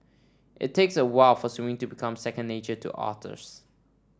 it takes a while for swimming to become second nature to otters